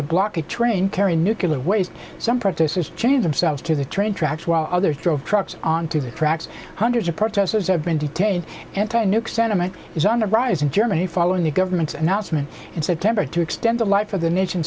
to block a train carrying nuclear waste some practices change themselves to the train tracks while others drove trucks onto the tracks hundreds of protesters have been detained anti nuke sentiment is on the rise in germany following the government's announcement in september to extend the life of the